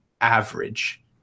average